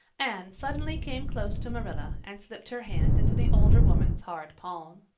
anne suddenly came close to marilla and slipped her hand into the older woman's hard palm.